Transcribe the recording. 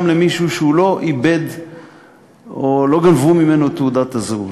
גם למי שלא איבד או לא גנבו ממנו את תעודת הזהות.